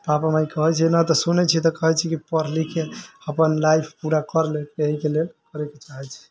पापा mummy कहै छै ने तऽ सुनै छी तऽ कहै छी पढ़ लिखके अपन लाइफ पूरा कर ले एहिके लेल पढ़य के चाहै छी